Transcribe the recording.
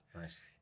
Nice